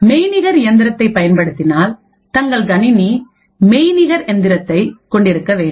மெய்நிகர் இயந்திரத்தை பயன்படுத்தினால் தங்கள் கணினி மெய்நிகர் எந்திரத்தை கொண்டிருக்க வேண்டும்